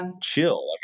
chill